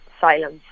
silence